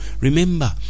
Remember